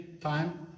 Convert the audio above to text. time